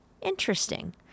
Interesting